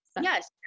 yes